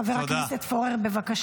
חבר הכנסת פורר, בבקשה.